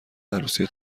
عروسی